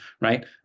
right